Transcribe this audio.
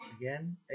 Again